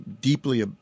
deeply